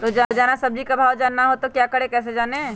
रोजाना सब्जी का भाव जानना हो तो क्या करें कैसे जाने?